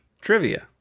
Trivia